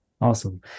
Awesome